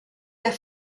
der